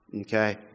Okay